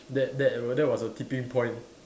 that that that was the tipping point